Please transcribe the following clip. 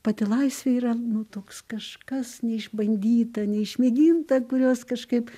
pati laisvė yra nu toks kažkas neišbandyta neišmėginta kurios kažkaip